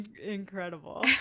Incredible